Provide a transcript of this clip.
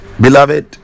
beloved